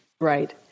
Right